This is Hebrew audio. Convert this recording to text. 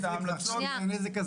אני אזכה